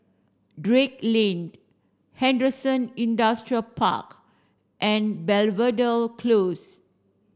Drake Lane Henderson Industrial Park and Belvedere Close